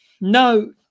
No